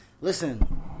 Listen